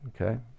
Okay